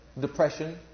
depression